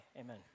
Amen